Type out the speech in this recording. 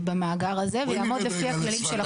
במאגר הזה ויעמוד לפי הכללים של החוק.